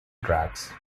tracks